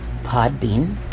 Podbean